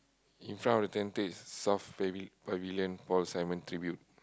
in front of the tent states South Pavilion Paul-Simon Tribute